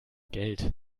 geld